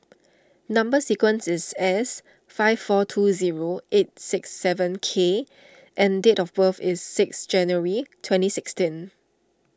Number Sequence is S five four two zero eight six seven K and date of birth is six January twenty sixteen